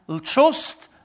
trust